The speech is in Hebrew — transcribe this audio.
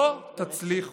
לא תצליחו.